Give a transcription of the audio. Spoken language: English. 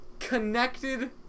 connected